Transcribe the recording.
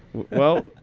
well